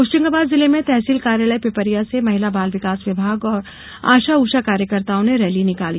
होशंगाबाद जिले में तहसील कार्यालय पिपरिया से महिला बाल विकास विभाग और आशा ऊषा कार्यकर्ताओं ने रैली निकाली